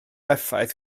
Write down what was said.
effaith